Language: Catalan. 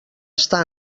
està